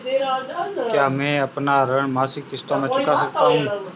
क्या मैं अपना ऋण मासिक किश्तों में चुका सकता हूँ?